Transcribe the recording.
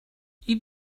you